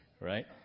Right